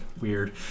Weird